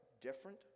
different